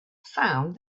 found